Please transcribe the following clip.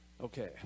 Okay